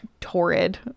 torrid